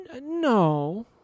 No